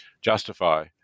justify